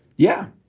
yeah.